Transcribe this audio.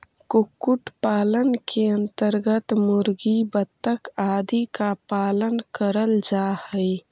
कुक्कुट पालन के अन्तर्गत मुर्गी, बतख आदि का पालन करल जा हई